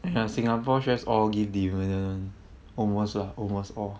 !aiya! singapore shares all give dividend one almost lah almost all